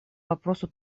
вопросу